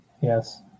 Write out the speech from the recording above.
yes